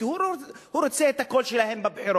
כי הוא רוצה את הקול שלהם בבחירות.